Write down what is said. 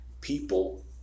people